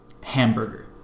Hamburger